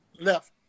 left